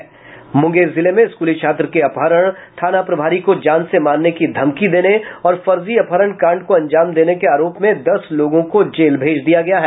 मुंगेर जिले में स्कूली छात्र के अपहरण थाना प्रभारी को जान से मारने की धमकी देने और फर्जी अपहरण कांड को अंजाम देने के आरोप में दस लोगों को जेल भेज दिया गया है